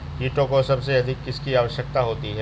कीटों को सबसे अधिक किसकी आवश्यकता होती है?